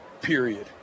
period